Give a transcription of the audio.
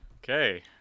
Okay